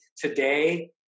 Today